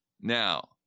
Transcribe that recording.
Now